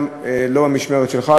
לא במשמרת שלך,